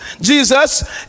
Jesus